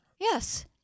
yes